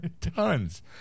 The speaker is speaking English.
Tons